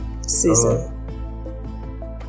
season